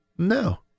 No